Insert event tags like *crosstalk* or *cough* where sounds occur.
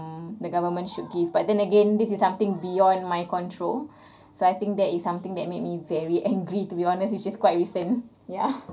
mm the government should give but then again this is something beyond my control so I think that is something that made me very angry to be honest which is quite recent ya *laughs*